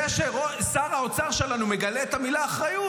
זה ששר האוצר שלנו מגלה את המילה האחריות,